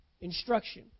Instruction